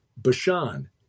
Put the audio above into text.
Bashan